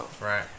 Right